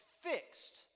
fixed